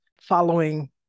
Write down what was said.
following